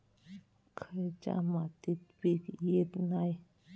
खयच्या मातीत पीक येत नाय?